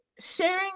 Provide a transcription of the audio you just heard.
sharing